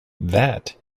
that